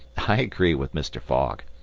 i agree with mr. fogg.